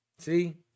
See